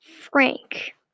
Frank